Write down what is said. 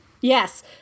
Yes